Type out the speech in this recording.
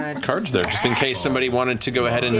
and cards there, just in case somebody wanted to go ahead and